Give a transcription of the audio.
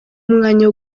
umwanya